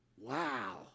Wow